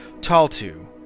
Taltu